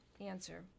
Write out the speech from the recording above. Answer